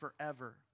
forever